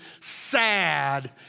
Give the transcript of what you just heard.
sad